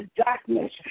darkness